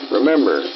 Remember